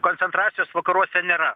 koncentracijos vakaruose nėra